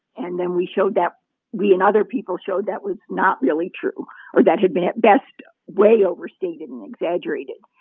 and then we showed that we and other people showed that was not really true or that had been at best way overstated and exaggerated.